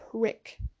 prick